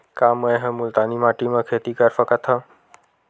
का मै ह मुल्तानी माटी म खेती कर सकथव?